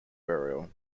burial